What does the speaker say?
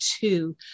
two